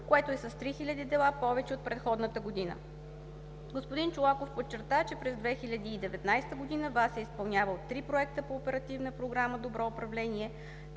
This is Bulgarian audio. което е с 3000 дела повече от предходната година. Господин Чолаков подчерта, че през 2019 г. ВАС е изпълнявал три проекта по Оперативна програма „Добро управление“,